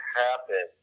happen